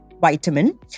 vitamin